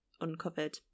uncovered